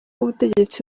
ubutegetsi